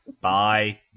Bye